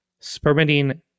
Spermidine